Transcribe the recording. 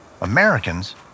Americans